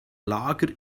lager